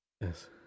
yes